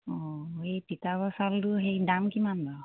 অঁ এই তিতাবৰ চাউলটো সেই দাম কিমান বাৰু